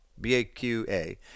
B-A-Q-A